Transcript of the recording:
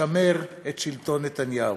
לשמר את שלטון נתניהו.